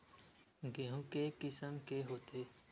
गेहूं के किसम के होथे?